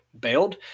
bailed